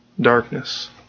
darkness